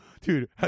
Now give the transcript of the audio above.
Dude